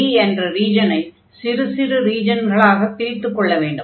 D என்ற ரீஜனை சிறு சிறு ரீஜங்களாக பிரித்துக் கொள்ள வேண்டும்